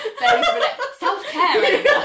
self-care